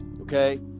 okay